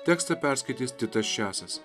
tekstą perskaitys titas česas